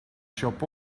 shop